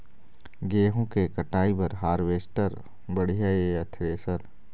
गेहूं के कटाई बर हारवेस्टर बढ़िया ये या थ्रेसर?